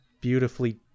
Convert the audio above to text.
Beautifully